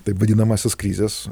taip vadinamąsias krizes